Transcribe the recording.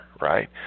Right